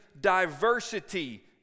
diversity